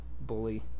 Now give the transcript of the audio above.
bully